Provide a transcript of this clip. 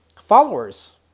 followers